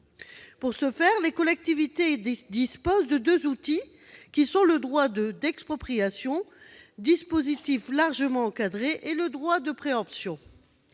Pour ce faire, les collectivités disposent de deux outils : le droit d'expropriation, dispositif largement encadré, et le droit de préemption.